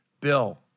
Bill